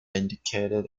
indicated